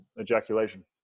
ejaculation